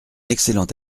excellente